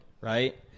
right